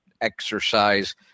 exercise